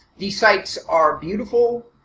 these sites are beautiful,